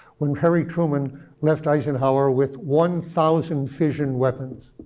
when harry truman left eisenhower with one thousand fission weapons.